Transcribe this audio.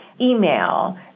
email